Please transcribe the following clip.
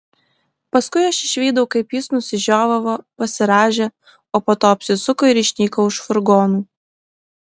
paskui aš išvydau kaip jis nusižiovavo pasirąžė o po to apsisuko ir išnyko už furgonų